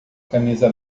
camisa